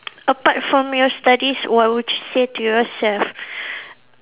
apart from your studies what would you say to yourself